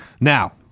Now